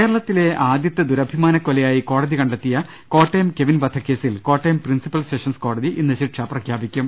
കേരളത്തിലെ ആദ്യത്തെ ദുരഭിമാനക്കൊലയായി കോടതി കണ്ടെ ത്തിയ കോട്ടയം കെവിൻ വധക്കേസിൽ കോട്ടയം പ്രിൻസിപ്പൽ സെഷൻസ് കോടതി ഇന്ന് ശിക്ഷ പ്രഖ്യാപിക്കും